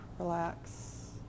Relax